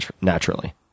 naturally